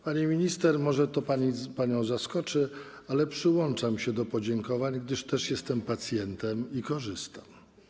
Pani minister, może to panią zaskoczy, ale przyłączam się do podziękowań, gdyż też jestem pacjentem i korzystam.